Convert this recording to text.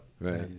Right